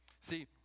See